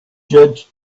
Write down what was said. judge